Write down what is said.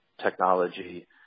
Technology